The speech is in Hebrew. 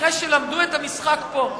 אחרי שלמדו את המשחק פה,